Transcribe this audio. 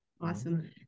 Awesome